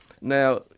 Now